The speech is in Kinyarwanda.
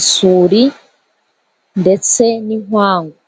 isuri ndetse n'inkwangu.